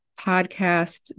podcast